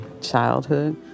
childhood